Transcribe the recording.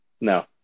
No